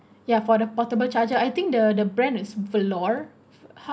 ya for the portable charger I think the the brand is valore how